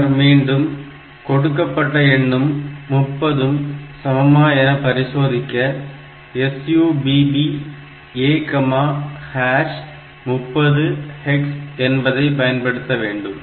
பின்னர்மீண்டும் கொடுக்கப்பட்ட எண்ணும் 30 உம் சமமா என பரிசோதிக்க SUBB A30 hex என்பதை பயன்படுத்த வேண்டும்